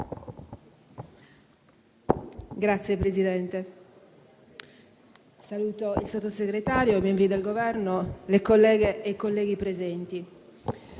Signor Presidente, saluto il Sottosegretario, i membri del Governo, le colleghe e i colleghi presenti.